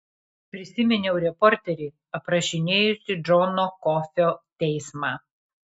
prisiminiau reporterį aprašinėjusį džono kofio teismą